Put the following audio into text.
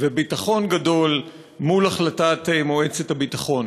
וביטחון גדול מול החלטת מועצת הביטחון.